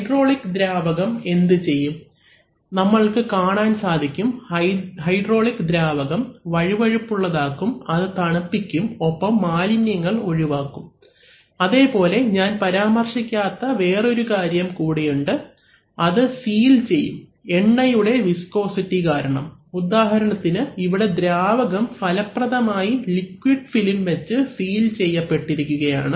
hydraulic ദ്രാവകം എന്ത് ചെയ്യും നമ്മൾക്ക് കാണാൻ സാധിക്കും ഹൈഡ്രോളിക് ദ്രാവകം വഴുവഴുപ്പുള്ളതാക്കും അത് തണുപ്പിക്കും ഒപ്പം മാലിന്യങ്ങൾ ഒഴിവാക്കും അതേ പോലെ ഞാൻ പരാമർശിക്കാത്ത വേറൊരു കാര്യം കൂടിയുണ്ട് അത് സീൽ ചെയ്യും എണ്ണയുടെ വിസ്കോസിറ്റി കാരണം ഉദാഹരണത്തിന് ഇവിടെ ദ്രാവകം ഫലപ്രദമായി ലിക്വിഡ് ഫിലിം വെച്ച് സീൽ ചെയ്യപ്പെട്ടിരിക്കുകയാണ്